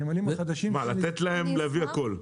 לתת להם להביא הכול?